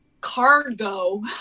cargo